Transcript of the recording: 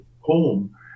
home